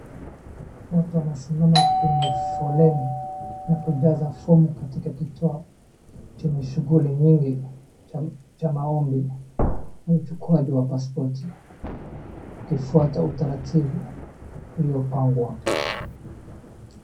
Watu wanasimama kwenye foleni na kujaza fomu katika kituo chenye shughuli mingi cha maombi uchukuaji wa pasipoti ukifuata utaratibu uliopangwa hapa.